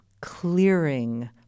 clearing